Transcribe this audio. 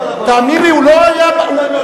תאמין לי, הוא לא היה בא.